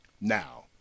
Now